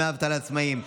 דמי אבטלה לעצמאים),